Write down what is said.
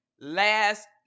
last